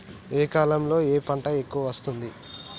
ఏ కాలంలో ఏ పంట ఎక్కువ వస్తోంది?